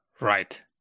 Right